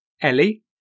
Ellie